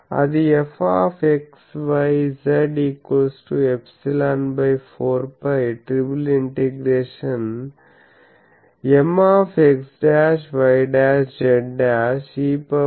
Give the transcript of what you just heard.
అది F ∊4π ∭Mx'y'z' e jkR R dv'